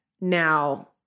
Now